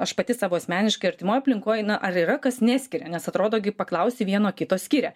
aš pati savo asmeniškai artimoj aplinkoj ar yra kas neskiria nes atrodo gi paklausi vieno kito skiria